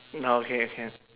now okay can